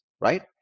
right